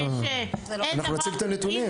אנחנו נציג את הנתונים.